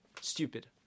stupid